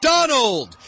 Donald